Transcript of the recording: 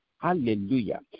Hallelujah